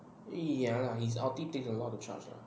ya lah his ulti take a lot of charge lah